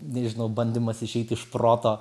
nežinau bandymas išeiti iš proto